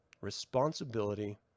Responsibility